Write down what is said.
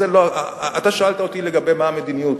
אבל אתה שאלת אותי מה המדיניות.